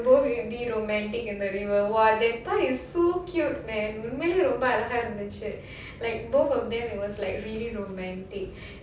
both will be romantic in the river !wah! that part is so cute man உண்மையில ரொம்ப அழகா இருந்துச்சு:unmaiyila romba azhaga irundhuchu like both of them it was like really romantic